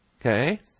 Okay